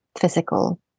physical